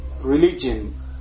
Religion